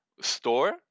store